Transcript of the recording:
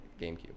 gamecube